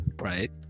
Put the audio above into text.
right